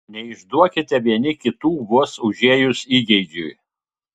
neišduokite vieni kitų vos užėjus įgeidžiui